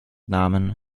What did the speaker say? namen